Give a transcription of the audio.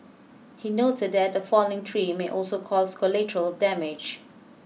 he noted that a falling tree may also cause collateral damage